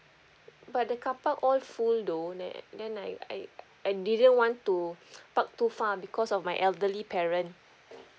but the carpark all full though then then I I I didn't want to park too far because of my elderly parent